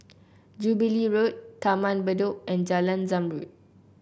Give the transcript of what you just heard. Jubilee Road Taman Bedok and Jalan Zamrud